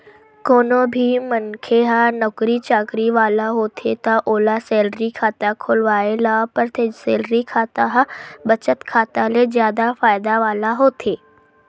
कोनो भी मनखे ह नउकरी चाकरी वाला होथे त ओला सेलरी खाता खोलवाए ल परथे, सेलरी खाता ह बचत खाता ले जादा फायदा वाला होथे